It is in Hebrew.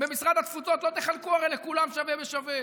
במשרד התפוצות הרי לא תחלקו לכולם שווה בשווה.